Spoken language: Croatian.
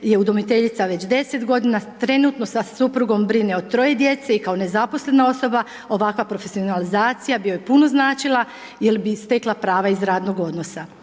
je udomiteljica već 10 godina trenutno sa suprugom brine o 3 djece i kao nezaposlena osoba ovakva profesionalizacija joj bi punu značila jel bi stekla prava iz radnog odnosa.